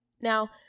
Now